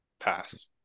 pass